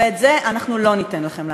ואת זה אנחנו לא ניתן לכם לעשות.